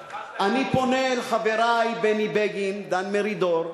שכחת, אני פונה אל חברי, בני בגין, דן מרידור,